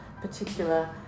particular